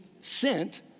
sent